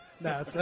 No